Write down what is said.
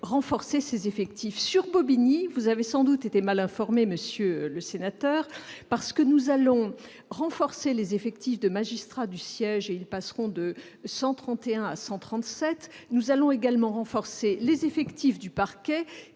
renforcer ses effectifs sur Bobigny, vous avez sans doute été mal informé, monsieur le sénateur, parce que nous allons renforcer les effectifs de magistrats du siège et ils passeront de 131 à 137, nous allons également renforcer les effectifs du parquet,